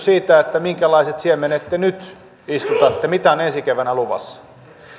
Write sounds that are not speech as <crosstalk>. <unintelligible> siitä minkälaiset siemenet te nyt istutatte mitä on ensi keväänä luvassa